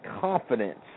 confidence